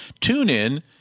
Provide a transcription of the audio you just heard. TuneIn